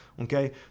okay